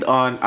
on